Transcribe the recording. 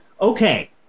okay